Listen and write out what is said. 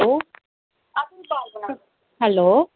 hello